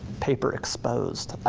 paper exposed,